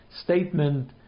statement